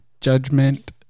judgment